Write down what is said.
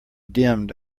dimmed